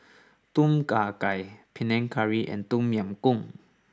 Tom Kha Gai Panang Curry and Tom Yam Goong